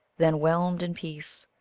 then, whelmed in peace,